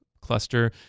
cluster